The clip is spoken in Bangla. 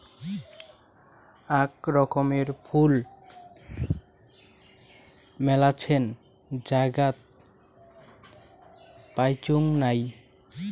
আক রকমের ফুল মেলাছেন জায়গাত পাইচুঙ নাই